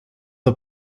are